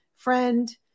friend